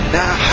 now